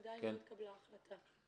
עדיין לא התקבלה החלטה.